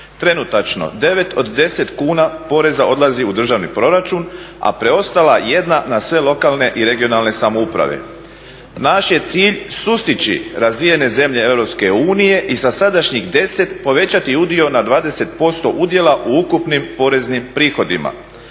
Trenutačno 9 od 10 kuna poreza odlazi u državni proračun, a preostala 1 na sve lokalne i regionalne samouprave. Naš je cilj sustići razvijene zemlje EU i sa sadašnjih 10 povećati udio na 20% udjela u ukupnim poreznim prihodima.